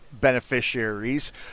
beneficiaries